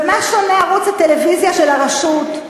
במה שונה ערוץ הטלוויזיה של הרשות,